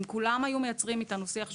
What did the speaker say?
אם כולם היו מייצרים איתנו שיח שוטף,